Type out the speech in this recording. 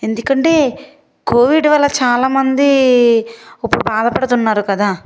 ఎందుకంటే కోవిడ్ వల్ల చాలా మంది ఇప్పుడు బాధ పడుతున్నారు కదా